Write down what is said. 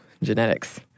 Genetics